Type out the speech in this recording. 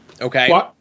okay